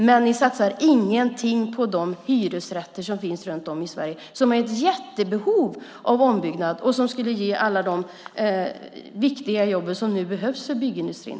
Men ni satsar ingenting på de hyresrätter som finns runt om i Sverige och som är i stort behov av ombyggnad. Det skulle ge alla de viktiga jobb som nu behövs för byggindustrin.